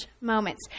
moments